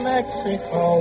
Mexico